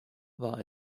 wahr